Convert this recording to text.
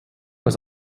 was